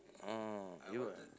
hmm even